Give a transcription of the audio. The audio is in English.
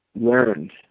learned